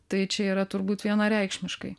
tai čia yra turbūt vienareikšmiškai